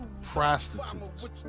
Prostitutes